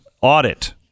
audit